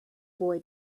boy